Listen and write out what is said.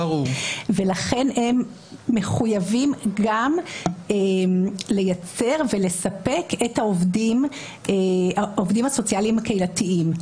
לכן הם מחויבים גם לייצר ולספק את העובדים הסוציאליים הקהילתיים.